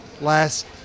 last